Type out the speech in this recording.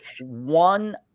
one